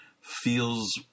feels